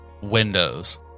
windows